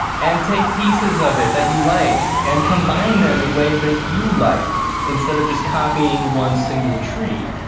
and take pieces of it that you like and combine them in ways that you like instead of just copying one single tree,